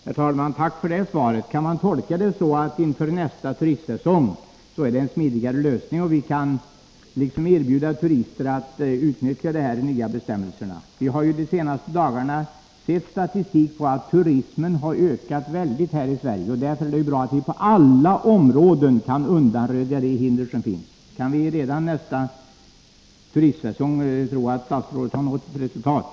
Nr 16 Herr talman! Tack för det svaret! Kan man tolka det så att det inför nästa Torsdagen den turistsäsong finns en smidigare lösning och att vi då kan erbjuda turister att 27 oktober 1983 utnyttja de nya bestämmelserna? Vi har de senaste dagarna sett statistik som visar att turismen har ökat väldigt i Sverige, och därför är det bra om vi på alla g 4 :: Om beräkningen områden kan undanröja de hinder som finns. Kan vi hoppas att statsrådet av barnomsorgsavredan till nästa turistsäsong har nått resultat?